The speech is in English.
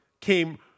came